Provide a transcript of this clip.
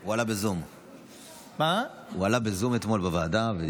הוא עלה בזום אתמול בוועדה.